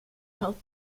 health